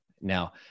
Now